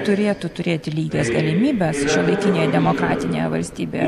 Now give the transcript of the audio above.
turėtų turėti lygias galimybes vietinėje demokratinėje valstybėje